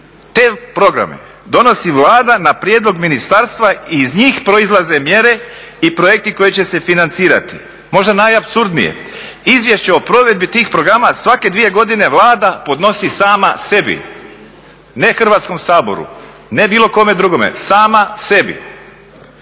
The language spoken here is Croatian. te programe donosi Vlada na prijedlog ministarstva i iz njih proizlaze mjere i projekti koji će se financirati. Možda najapsurdnije izvješće o provedbi tih programa svake dvije godine Vlada podnosi sama sebi, ne Hrvatskom saboru, ne bilo kome drugome, sama sebi.